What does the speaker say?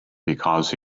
because